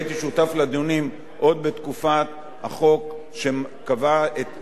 בתקופת החוק שקבע כעבירה את ההסתה לגזענות,